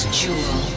jewel